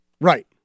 Right